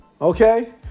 Okay